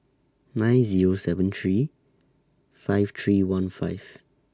nine Zero seven three five three one five